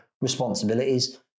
responsibilities